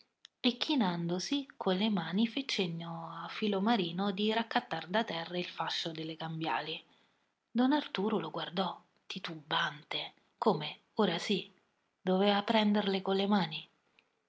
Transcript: e chinandosi con le mani fe cenno al filomarino di raccattar da terra il fascio delle cambiali don arturo lo guardò titubante come ora sì doveva prenderle con le mani